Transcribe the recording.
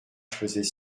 faisait